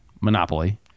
monopoly